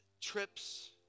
trips